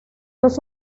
los